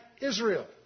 Israel